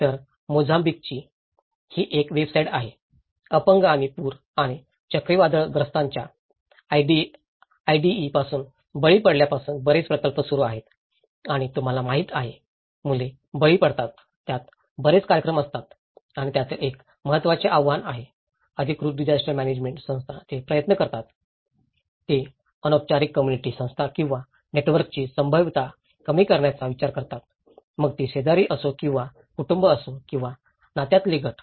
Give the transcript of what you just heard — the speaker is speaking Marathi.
तर मोझांबिकची ही एक वेबसाइट आहे अपंग आणि पूर आणि चक्रीवादळग्रस्तांच्या इडई पासून बळी पडलेल्यांपासून बरेच प्रकल्प सुरू आहेत आणि तुम्हाला माहिती आहे मुले बळी पडतात त्यात बरेच कार्यक्रम असतात आणि त्यातील एक महत्त्वाचे आव्हान आहे अधिकृत डिजास्टर म्यानेजमेंट संस्था ते प्रयत्न करतात ते अनौपचारिक कॉम्युनिटी संस्था किंवा नेटवर्कची संभाव्यता कमी करण्याचा विचार करतात मग ती शेजारी असो किंवा कुटुंब असो किंवा नात्यातले गट